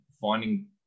finding